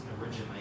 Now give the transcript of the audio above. originally